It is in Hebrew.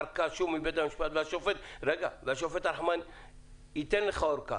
ארכה מבית המשפט והשופט הרחמן ייתן לך ארכה.